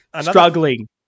struggling